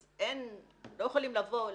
אז לא יכולים לבוא ולהגיד,